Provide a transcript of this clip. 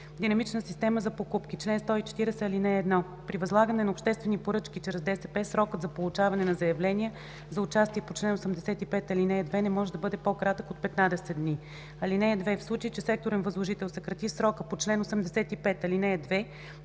„Динамична система за покупки Чл. 140. (1) При възлагане на обществени поръчки чрез ДСП срокът за получаване на заявления за участие по чл. 85, ал. 2 не може да бъде по-кратък от 15 дни. (2) В случай че секторен възложител съкрати срока по чл. 85, ал. 2,